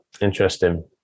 Interesting